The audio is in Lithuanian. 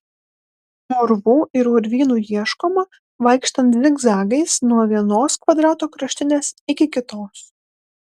urvų ir urvynų ieškoma vaikštant zigzagais nuo vienos kvadrato kraštinės iki kitos